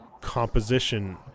composition